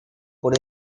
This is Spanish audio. por